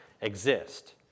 exist